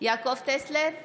יעקב טסלר,